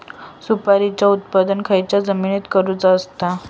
सुपारीचा उत्त्पन खयच्या जमिनीत करूचा असता?